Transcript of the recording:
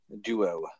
duo